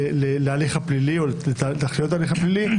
להליך הפלילי או לתכליות ההליך הפלילי?